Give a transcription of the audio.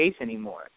anymore